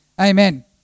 amen